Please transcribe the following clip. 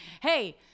hey